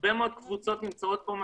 הרבה מאוד קבוצות נמצאות פה,